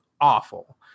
awful